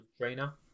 trainer